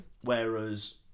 Whereas